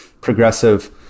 progressive